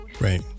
right